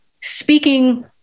speaking